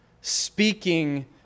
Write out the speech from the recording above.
Speaking